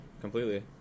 completely